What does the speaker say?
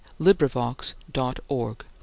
LibriVox.org